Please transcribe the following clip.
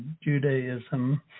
Judaism